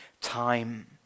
time